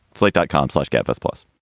it's like dot com slugfest plus,